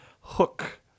hook